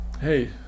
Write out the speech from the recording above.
hey